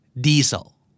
Diesel